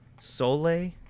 Sole